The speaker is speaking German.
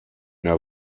der